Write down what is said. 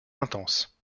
intense